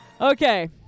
Okay